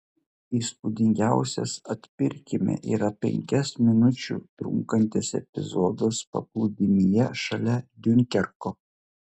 įspūdingiausias atpirkime yra penkias minučių trunkantis epizodas paplūdimyje šalia diunkerko